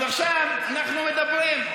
אז עכשיו אנחנו מדברים.